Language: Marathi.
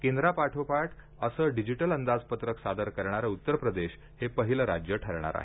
केंद्रापाठोपाठ असं डिजिटल अंदाजपत्रक सादर करणार उत्तर प्रदेश हे पहिलं राज्य ठरणार आहे